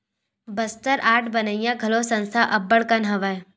Bastar art बनइया घलो संस्था अब्बड़ कन हवय